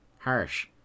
Harsh